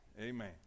Amen